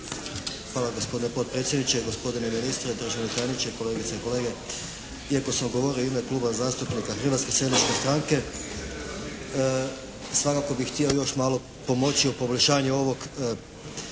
Hvala gospodine potpredsjedniče, gospodine ministre, državni tajniče, kolegice i kolege. Iako sam govorio u ime Kluba zastupnika Hrvatske seljačke stranke svakako bih htio još malo pomoći u poboljšanju ovog